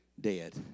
dead